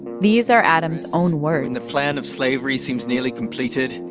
these are adams' own words the plan of slavery seems nearly completed.